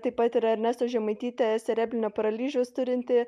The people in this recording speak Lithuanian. taip pat ir ernesta žemaitytė cerebrinio paralyžiaus turinti